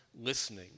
listening